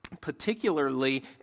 particularly